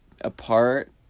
apart